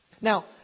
Now